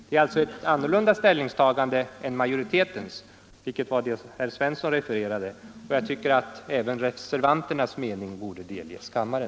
Det är alltså ett annat ställningstagande än majoritetens, som herr Svensson refererade. Jag tycker därför att även reservanternas mening borde delges kammaren.